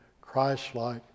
Christ-like